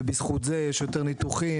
ובזכות זה יש יותר ניתוחים,